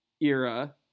era